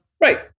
Right